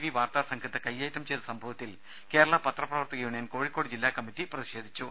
V വാർത്താസംഘത്തെ കയ്യേറ്റം ചെയ്ത സംഭവത്തിൽ കേരള പത്രപ്രവർത്തക യൂണിയൻ കോഴിക്കോട് ജില്ലാ കമ്മറ്റി പ്രതിഷേധിച്ചു